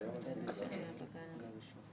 הישיבה ננעלה בשעה